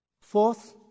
Fourth